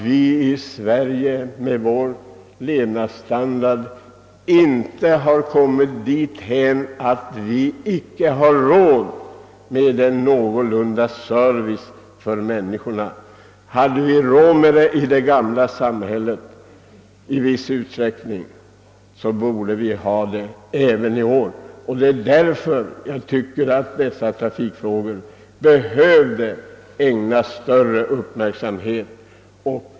Vi i Sverige med vår levnadsstandard har väl ändå inte kommit dithän att vi icke har råd med en någorlunda god service till människorna? Hade det gamla samhället råd med en sådan service i viss utsträckning, borde vi ha det även i vårt moderna samhälle. Det är därför jag tycker att trafikfrågorna behöver ägnas större uppmärksamhet.